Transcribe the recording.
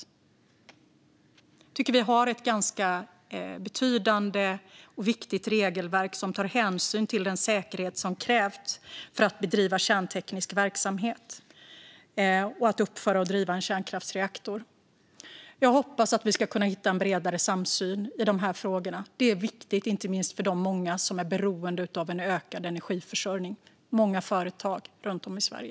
Jag tycker att vi har ett ganska betydande och viktigt regelverk som tar hänsyn till den säkerhet som krävs för att bedriva kärnteknisk verksamhet och att uppföra och driva en kärnkraftsreaktor. Jag hoppas att vi ska kunna hitta en bredare samsyn i de här frågorna. Det är viktigt, inte minst för de många som är beroende av en ökad energiförsörjning. Det gäller många företag runt om i Sverige.